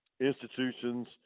institutions